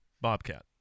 Bobcat